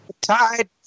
Tide